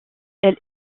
elle